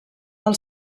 del